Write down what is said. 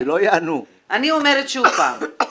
אני אומרת שוב פעם,